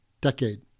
decade